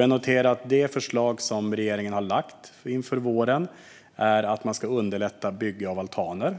Jag noterar att det förslag som regeringen har lagt fram inför våren handlar om att underlätta bygge av altaner.